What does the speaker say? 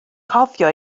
cofio